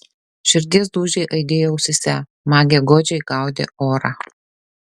širdies dūžiai aidėjo ausyse magė godžiai gaudė orą